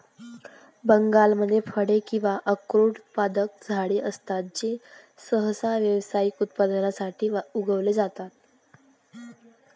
बागांमध्ये फळे किंवा अक्रोड उत्पादक झाडे असतात जे सहसा व्यावसायिक उत्पादनासाठी उगवले जातात